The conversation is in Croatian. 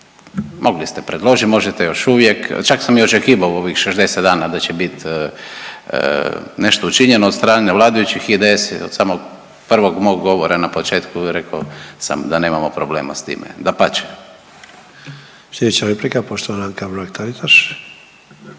mogli ste predložit, možete još uvijek, čak sam i očekivao u ovih 60 dana da će bit nešto učinjeno od strane vladajućih. IDS je od samog prvog mog govora na početku ovdje rekao sam da nemamo problema s time, dapače. **Sanader, Ante (HDZ)** Slijedeća replika poštovana Anka Mrak-Taritaš.